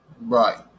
Right